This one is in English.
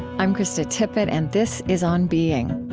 i'm krista tippett, and this is on being.